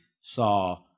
saw